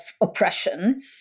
oppression